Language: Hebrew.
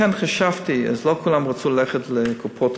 לכן חשבתי, לא כולם רצו ללכת לקופות-חולים.